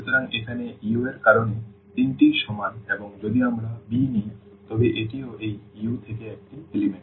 সুতরাং এখানে এটি U এর কারণ তিনটিই সমান এবং যদি আমরা b নিই তবে এটিও এই U থেকে একটি উপাদান